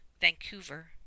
Vancouver